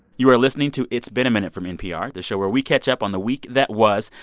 you are listening to it's been a minute from npr. the show where we catch up on the week that was.